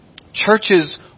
churches